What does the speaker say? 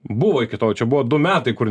buvo iki tol čia buvo du metai kur